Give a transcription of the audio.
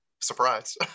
surprise